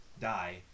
die